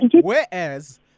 whereas